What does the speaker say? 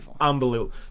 unbelievable